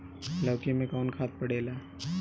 लौकी में कौन खाद पड़ेला?